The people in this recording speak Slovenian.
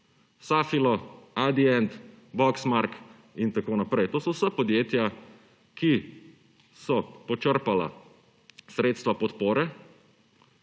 Safilo, Adient, Boxmark in tako naprej, to so podjetja, ki so počrpala sredstva podpore,